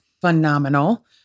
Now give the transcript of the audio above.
phenomenal